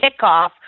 kickoff